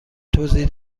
توضیح